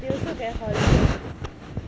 they also get holidays